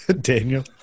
Daniel